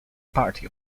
party